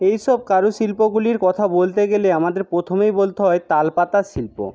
এই সব কারুশিল্পগুলির কথা বলতে গেলে আমাদের পথমেই বলতে হয় তালপাতা শিল্প